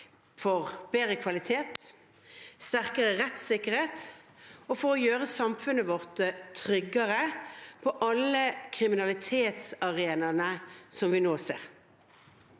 for bedre kvalitet, for sterkere rettssikkerhet og for å gjøre samfunnet vårt tryggere på alle kriminalitetsarenaene vi nå ser.